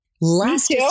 Last